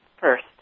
first